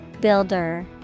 Builder